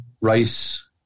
rice